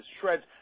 shreds